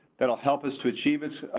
that'll help us to achieve it.